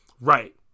Right